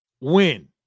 win